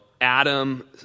Adam